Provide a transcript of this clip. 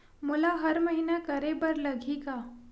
मोला हर महीना करे बर लगही का?